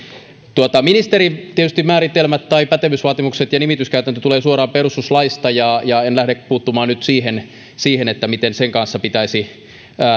ministerin määritelmät tai pätevyysvaatimukset ja nimityskäytäntö tulevat suoraan perustuslaista ja ja en lähde puuttumaan nyt siihen siihen miten sen kanssa pitäisi